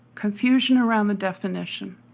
confusion around the definition,